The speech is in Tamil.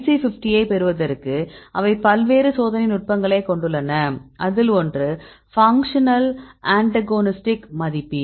IC50 ஐப் பெறுவதற்கு அவை பல்வேறு சோதனை நுட்பங்களைக் கொண்டுள்ளன அதில் ஒன்று ஃபங்ஷனல் அண்டகோனிஸ்ட் மதிப்பீடு